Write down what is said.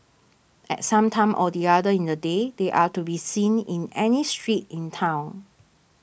at some time or the other in the day they are to be seen in any street in town